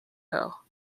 hill